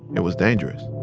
it was dangerous